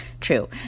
True